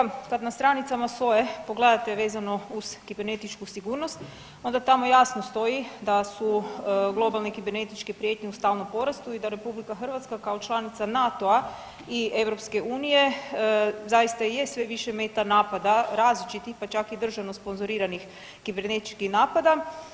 Poštovani kolega, kad na stranicama SOA-e pogledate vezano uz kibernetičku sigurnost, onda tamo jasno stoji da su globalne kibernetičke prijetnje u stalnom porastu i da RH kao članica NATO-a i EU zaista je sve više meta napada različitih, pa čak i državno sponzoriranih kibernetičkih napada.